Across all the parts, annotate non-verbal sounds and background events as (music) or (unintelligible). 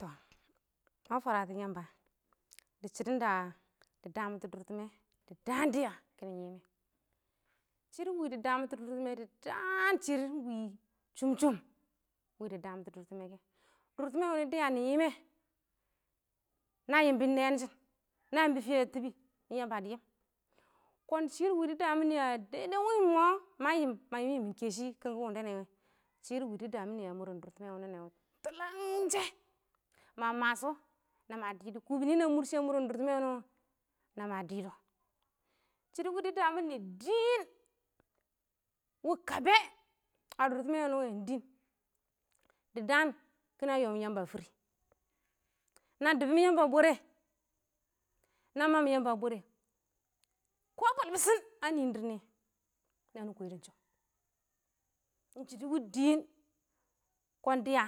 tɔ ma fwaratɪn yamba dɪ shɪdɔn da dɪ (unintelligible) dʊrtɪmɛ dɪ daan dɪya kɪ nɪ yɪm mɛ, shɪdɔ wɪ dɪ damitɔ dʊrtɪmɛ kɛ, dɪ daan shɪdɔ ɪng wɪ shʊm shʊm wɪ dɪ damɪtɔ dʊrtɪmɛ kɛ, dʊrtɪmɛ wɪ nɪ dɪya nɪ yɪ mɛ na yɪmbɔ nɛɛn shɪn na yɪmbɔ fɪya a tɪbbɪ ɪng yamba dɪ yɪm, kɔn shɪrr ɪng wɪ dɪ (unintelligible) wɪ ɪng mɔ ma yɪmɪn yɪmɪn kɛshɪ kʊngɔ wʊnɪ wɛ, shɪrr wɪ dɪ damɪnɪ a mʊr dʊrtɪmɛ wʊnɔ tʊlangshɛ, ma mashɔ nama dɪdɔ kubini na mʊrshɪ a dʊrtɪmɛ wʊnɪ kɛ nama dɪ dɔ, shɪdɔ wɪ dɪ damɪnɪ ɪng wɪ dɪɪn, wɪ kabɛ, a dʊrtɪmɛ wʊnɪ wɛ ɪng dɪɪn. dɪ daan kina yoon yamba fɪrɪ na dɪbʊn yamba a bwɛrɛ, na mam yamba a bwɛrɛ, kɔ bwɛl bɪshɪn a nɪɪn dɪrr nɪyɛ, nani kwɛdʊ ɪng shɔ, ɪng shɪdɔ wɪ dɪɪn, kɔn dɪya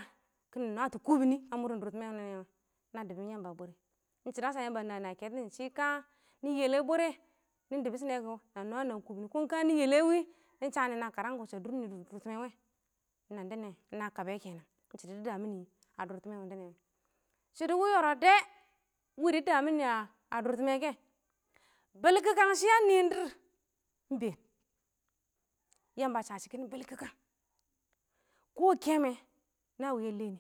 nɪ nwatɔ kubini a mʊr dʊrtɪmɛ wʊndɛ nɛ wɔ na dɪbʊn yamba a bwɛrɛ ɪng shɪdɔ a sha yamba a nanɪ a mʊr kɛtɔn shɪn shɪ ka nɪ yɛlɛ bwɛrɛ nɪ dɪbɪshɪnɛ kɔ, na nwam-nwam kubini, kɔn ka nɪ yɛlɛ wɪ nɪ shanɪ na karam kɔ sha dʊrnɪdʊr dʊrtɪmɛ wɔ, ɪng nandɛ ɪng na kabɛ kenan ɪng shɪdɔ dɪ damɪnɪ a dʊrtɪmɛ wɪndɛ nɛ wɛ, shɪdɔ wɪ yɔrɔb dɛ wɪ dɪ damɪnɪ a dʊrtɪmɛ kɛ, bɪlkɪkang shɪ a nɪɪn dɪrr ɪng been, yamba a sha shɪ kɪnɪ bɪlkɪkang kɔ kɛmwɛ na wɪ lɛ nɪ.